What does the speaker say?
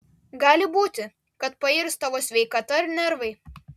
gali būti kad pairs tavo sveikata ir nervai